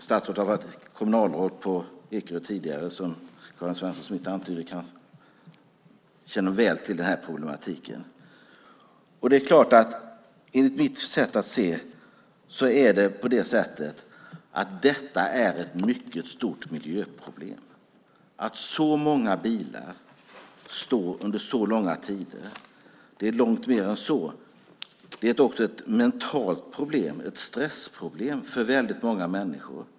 Statsrådet har varit kommunalråd på Ekerö tidigare, som Karin Svensson Smith antydde, så han känner väl till den här problematiken. Enligt mitt sätt att se är det ett mycket stort miljöproblem att så många bilar står under så långa tider. Det är långt mer än så. Det är också ett mentalt problem, ett stressproblem för väldigt många människor.